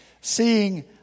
seeing